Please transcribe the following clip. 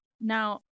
Now